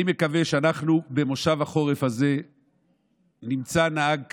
אני מקווה שאנחנו במושב החורף הזה נמצא נהג כשיר,